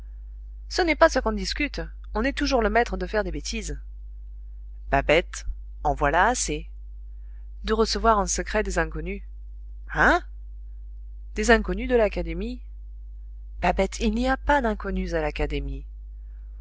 ce n'est pas ce qu'on discute on est toujours le maître de faire des bêtises babette en voilà assez de recevoir en secret des inconnus hein des inconnus de l'académie babette il n'y a pas d'inconnus à l'académie